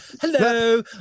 Hello